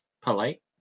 Polite